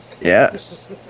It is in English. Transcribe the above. Yes